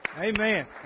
Amen